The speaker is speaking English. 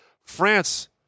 France